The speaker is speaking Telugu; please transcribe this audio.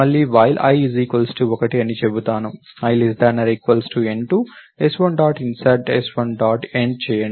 మళ్లీ వైల్ i 1 అని చెబుతాను i n2 s1 dot insert s1 dot end చేయండి